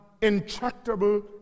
intractable